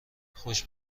خوش